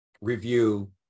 review